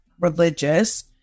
religious